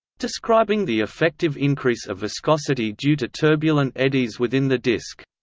describing the effective increase of viscosity due to turbulent eddies within the disk.